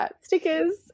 stickers